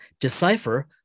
Decipher